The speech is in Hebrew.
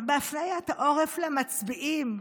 בהפניית העורף למצביעים,